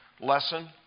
lesson